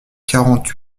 quarante